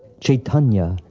chaitanya.